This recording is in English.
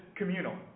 communal